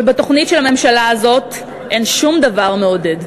אבל בתוכנית של הממשלה הזאת אין שום דבר מעודד.